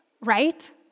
right